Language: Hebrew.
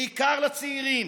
בעיקר לצעירים: